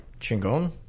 chingon